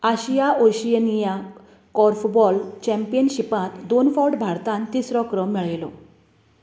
आशिया Oceania korfball चॅम्पियनशिपांत दोन फावट भारतान तिसरो क्रम मेळयलो